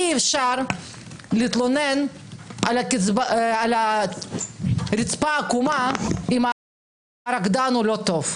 אי אפשר להתלונן על הרצפה העקומה אם הרקדן הוא לא טוב.